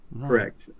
correct